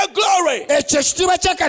glory